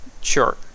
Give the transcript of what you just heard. sure